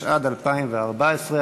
התשע"ד 2014?